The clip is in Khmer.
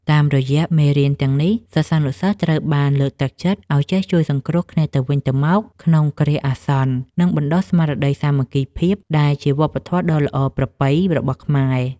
តាមរយៈមេរៀនទាំងនេះ សិស្សានុសិស្សត្រូវបានលើកទឹកចិត្តឱ្យចេះជួយសង្គ្រោះគ្នាទៅវិញទៅមកក្នុងគ្រាអាសន្ន និងបណ្ដុះស្មារតីសាមគ្គីភាពដែលជាវប្បធម៌ដ៏ល្អប្រពៃរបស់ខ្មែរ។